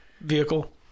vehicle